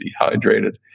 dehydrated